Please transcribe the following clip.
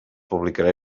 publicarà